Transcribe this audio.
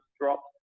drop